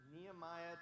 nehemiah